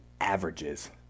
averages